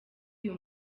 uyu